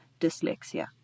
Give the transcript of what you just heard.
dyslexia